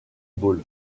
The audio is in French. ball